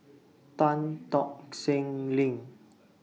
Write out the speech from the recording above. Tan Tock Seng LINK